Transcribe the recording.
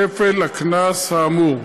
כפל הקנס האמור'."